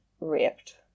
raped